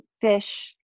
fish